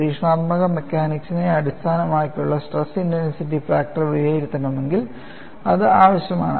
പരീക്ഷണാത്മക മെക്കാനിക്സിനെ അടിസ്ഥാനമാക്കിയുള്ള സ്ട്രെസ് ഇന്റൻസിറ്റി ഫാക്ടർ വിലയിരുത്തണമെങ്കിൽ അത് ആവശ്യമാണ്